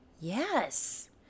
Yes